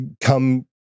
come